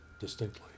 distinctly